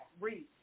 Read